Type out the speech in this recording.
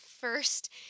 first